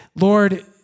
Lord